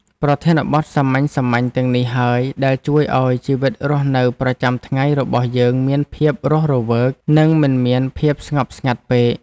ប្រធានបទសាមញ្ញៗទាំងនេះហើយដែលជួយឱ្យជីវិតរស់នៅប្រចាំថ្ងៃរបស់យើងមានភាពរស់រវើក និងមិនមានភាពស្ងប់ស្ងាត់ពេក។